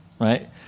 right